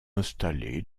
installé